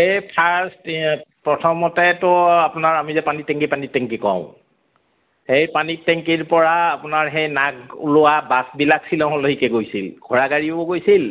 এই ফাৰ্ষ্ট প্ৰথমতেতো আপোনাৰ আমি যে পানী টেংকি পানী টেংকি কওঁ সেই পানী টেংকিৰ পৰা আপোনাৰ সেই নাক ওলোৱা বাছবিলাক শ্বিলঙলৈকে গৈছিল ঘোঁৰা গাড়ীও গৈছিল